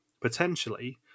potentially